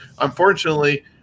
unfortunately